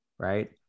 Right